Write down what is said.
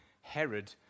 Herod